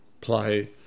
play